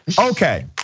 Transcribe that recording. Okay